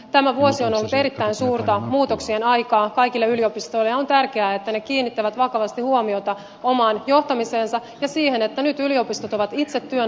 tämä vuosi on ollut erittäin suurta muutoksien aikaa kaikille yliopistoille ja on tärkeää että ne kiinnittävät vakavasti huomiota omaan johtamiseensa ja siihen että nyt yliopistot ovat itse työnantajia